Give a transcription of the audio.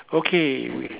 okay